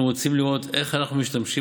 אנחנו רוצים לראות איך אנחנו משתמשים